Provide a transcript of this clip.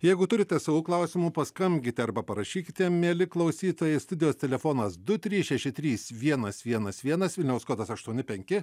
jeigu turite savų klausimų paskambinkite arba parašykite mieli klausytojai studijos telefonas du trys šeši trys vienas vienas vienas vilniaus kodas aštuoni penki